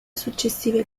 successive